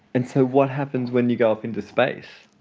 and so what happens when you go off into space?